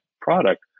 product